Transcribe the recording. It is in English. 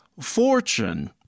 Fortune